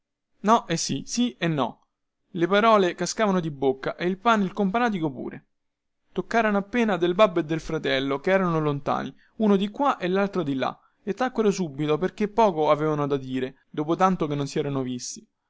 no e sì sì e no le parole cascavano di bocca e il pane e il companatico pure toccarono appena del babbo e del fratello che erano lontani uno di qua e laltro di là e tacquero subito perchè poco avevano da dire dopo tanto che non si erano visti